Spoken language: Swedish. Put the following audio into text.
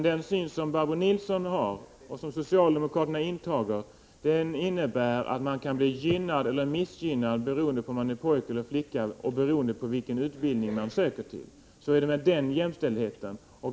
Den syn som Barbro Nilsson har och som socialdemokraterna intar innebär att man kan bli gynnad eller missgynnad beroende på om man är pojke eller flicka och beroende på vilken utbildning man söker till. Så är det med den jämställdheten.